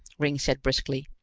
ringg said briskly,